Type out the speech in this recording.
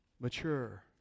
mature